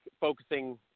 focusing